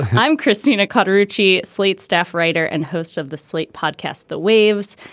i'm christina carter ritchie. slate staff writer and host of the slate podcast, the waves.